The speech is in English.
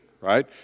right